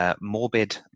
Morbid